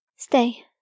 Stay